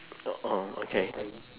orh okay